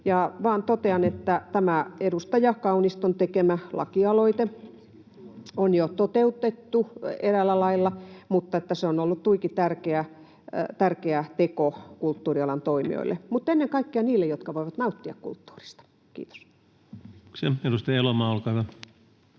että tämä edustaja Kauniston tekemä lakialoite on jo toteutettu eräällä lailla, ja se on ollut tuiki tärkeä teko kulttuurialan toimijoille, mutta ennen kaikkea niille, jotka voivat nauttia kulttuurista. — Kiitos. [Speech 302] Speaker: